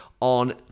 on